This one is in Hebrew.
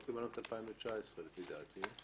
כי לא התחלנו את 2019 מבחינה תקציבית.